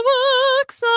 works